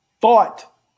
thought